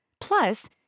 Plus